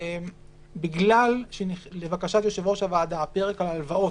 בגלל שלבקשת יושב-ראש הוועדה פרק ההלוואות